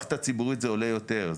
למערכת הציבורית זה עולה יותר.